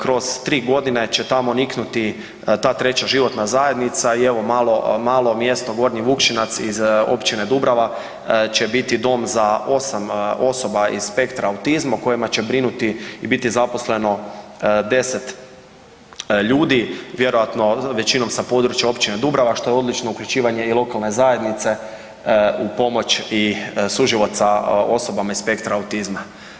Kroz 3 godine će tamo niknuti ta treća životna zajednica i evo malo mjesto, malo mjesto Gornji Vukšinac iz općine Dubrava će biti dom za 8 osoba iz spektra autizma o kojima će brinuti i biti zaposleno 10 ljudi vjerojatno većinom sa područja općine Dubrava što je odlično uključivanje i lokalne zajednice u pomoć i suživot sa osobama iz spektra autizma.